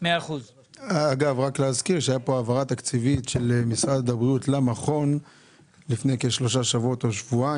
רק להזכיר שהייתה העברה תקציבית של משרד הבריאות למכון לפני כשבועיים,